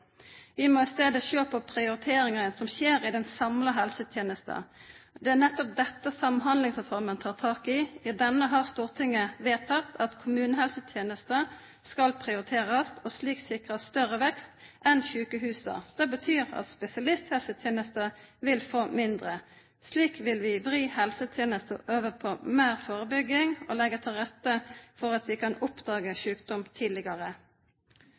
Vi må i stedet se på prioriteringene som skjer i den samlede helsetjenesten. Det er nettopp dette Samhandlingsreformen tar tak i. I denne har Stortinget vedtatt at kommunehelsetjenesten skal prioriteres, og slik sikres større vekst enn sykehusene. Det betyr at spesialisthelsetjenesten vil få mindre. Slik vil vi vri helsetjenesten over på mer forebygging og legge til rette for at vi kan oppdage sykdom tidligere.